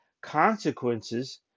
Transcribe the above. consequences